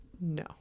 No